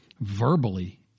verbally